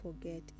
forget